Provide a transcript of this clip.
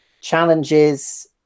challenges